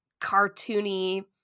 cartoony